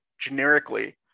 generically